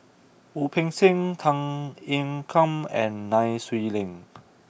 Wu Peng Seng Tan Ean Kiam and Nai Swee Leng